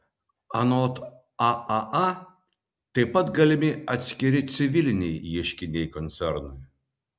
anot aaa taip pat galimi atskiri civiliniai ieškiniai koncernui